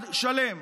אחד שלם